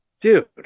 Dude